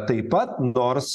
taip pat nors